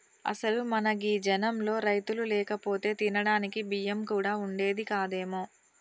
అసలు మన గీ జనంలో రైతులు లేకపోతే తినడానికి బియ్యం కూడా వుండేది కాదేమో